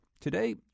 Today